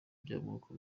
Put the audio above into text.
by’amoko